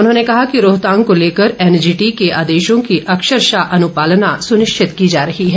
उन्होंने कहा कि रोहतांग को लेकर एनजीटी के आदेशों की अक्षरशः अनुपालना सुनिश्चित की जा रही है